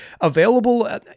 available